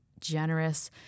generous